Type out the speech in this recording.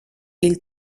hil